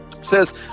says